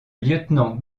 lieutenant